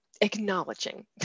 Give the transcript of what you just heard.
acknowledging